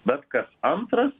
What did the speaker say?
bet kas antras